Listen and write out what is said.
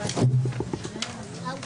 הישיבה ננעלה בשעה 11:55.